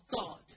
God